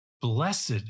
Blessed